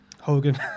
Hogan